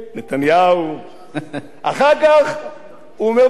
אחר כך הוא אומר בכל מקום: אני בונה את הגדר.